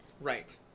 right